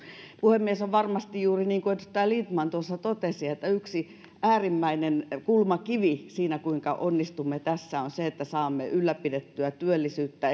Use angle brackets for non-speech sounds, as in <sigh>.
puhemies on varmasti juuri niin kuin edustaja lindtman tuossa totesi että yksi äärimmäinen kulmakivi siinä kuinka onnistumme tässä on se että saamme ylläpidettyä työllisyyttä <unintelligible>